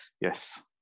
yes